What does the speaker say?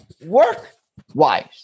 work-wise